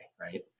right